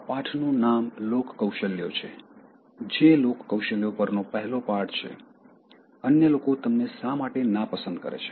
આ પાઠનું નામ લોક કૌશલ્યો છે જે લોક કૌશલ્યો પરનો પહેલો પાઠ છે અન્ય લોકો તમને શા માટે નાપસંદ કરે છે